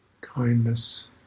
kindness